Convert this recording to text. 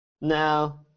No